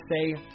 say